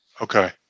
Okay